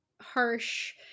harsh